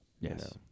Yes